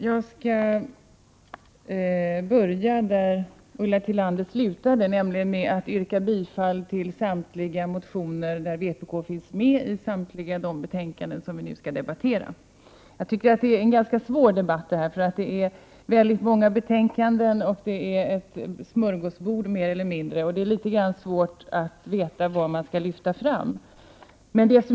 Herr talman! Jag skall börja som Ulla Tillander slutade, nämligen med att yrka bifall. Jag yrkar när det gäller de betänkanden som vi nu skall debattera bifall till samtliga reservationer där vpk finns med. Debatten är ganska svår, eftersom det är många betänkanden. Det är mer eller mindre som ett smörgåsbord, varför det är litet svårt att veta vad man skall lyfta fram.